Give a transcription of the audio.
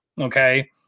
Okay